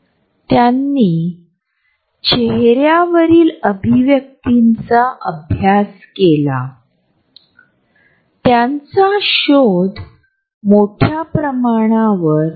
डावीकडील छायाचित्रे असे दाखवितात की दुसर्या व्यक्तीस धमकावण्यासाठी किंवा घाबरविण्यासाठी हे अंतर किंवा जागा वापरली गेली आहे की नाही